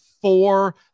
Four